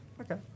Okay